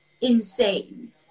insane